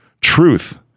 truth